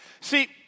See